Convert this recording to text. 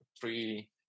three